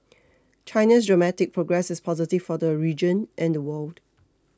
China's dramatic progress is positive for the region and the world